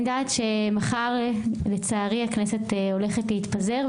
אני יודעת שמחר, לצערי, הכנסת הולכת להתפזר.